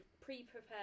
pre-prepared